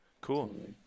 cool